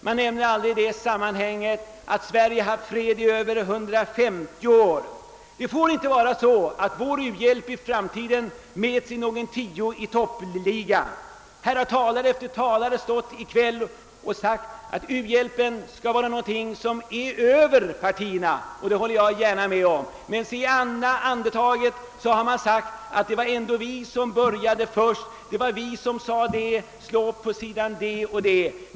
Man nämner aldrig i det sammanhanget att Sverige har haft fred i över 150 år. Det får inte bli så att vår u-hjälp i framtiden mäts i någon tio-i-topp-liga. Här har i kväll talare efter talare sagt att u-hjälpen skall vara någonting som bör stå över partierna, och det håller jag gärna med om. Men i det andra andetaget har det sagts, att det ändå var vi som började först; det var vi som sade det och det; slå upp sidan så och så!